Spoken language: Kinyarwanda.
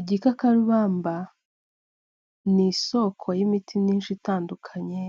Igikakarumba ni isoko y'imiti itandukanye,